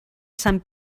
sant